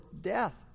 death